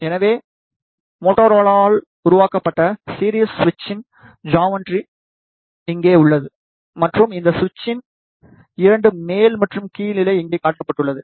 எனவே மோட்டோரோலாவால் உருவாக்கப்பட்ட சீரிஸ் சுவிட்ச்சின் ஜாமெட்ரி இங்கே உள்ளது மற்றும் இந்த சுவிட்சின் 2 மேல் மற்றும் கீழ் நிலை இங்கே காட்டப்பட்டுள்ளது